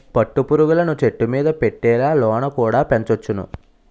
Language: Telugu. పట్టు పురుగులను చెట్టుమీద పెట్టెలలోన కుడా పెంచొచ్చును